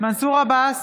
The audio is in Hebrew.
מנסור עבאס,